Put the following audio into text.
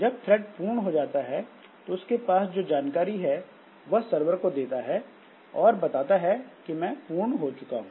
जब थ्रेड पूर्ण हो जाता है तो इसके पास जो जानकारी है वह सर्वर को देता है और बताता है कि मैं पूर्ण हो चुका हूं